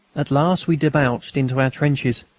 at last we debouched into our trenches,